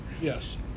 yes